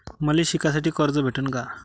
मले शिकासाठी कर्ज भेटन का?